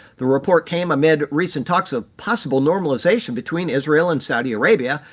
the report came amid recent talk so of possible normalization between israel and saudi arabia,